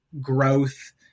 growth